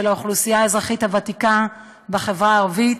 האוכלוסייה האזרחית הוותיקה בחברה הערבית,